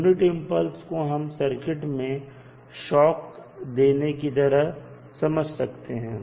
unit impulse को हम circuit में शौक देने की तरह समझ सकते हैं